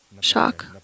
shock